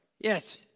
Yes